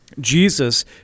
jesus